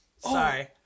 Sorry